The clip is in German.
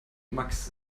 max